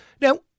Now